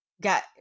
got